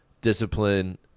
discipline